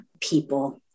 people